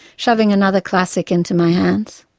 shoving another classic into my hands.